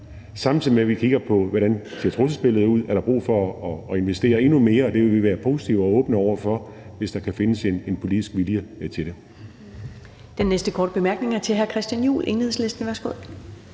Samtidig kigger vi på, hvordan trusselsbilledet ser ud: Er der brug for at investere endnu mere? Det vil vi være positive og åbne over for, hvis der kan findes en politisk vilje til det.